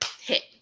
hit